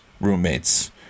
roommates